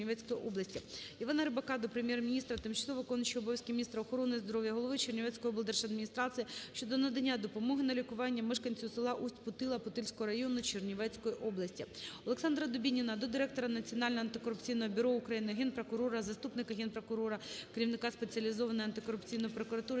Івана Рибака до Прем'єр-міністра України, тимчасово виконуючої обов'язки міністра охорони здоров'я, голови Чернівецької облдержадміністрації щодо надання допомоги на лікування мешканцю селаУсть-Путила Путильського району Чернівецької області. ОлександраДубініна до директора Національного антикорупційного бюро України, Генпрокурора, заступника Генпрокурора, керівника Спеціалізованої антикорупційної прокуратури